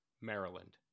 Maryland